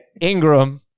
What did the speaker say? Ingram